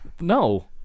No